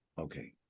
Okay